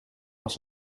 was